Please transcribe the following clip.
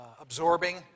absorbing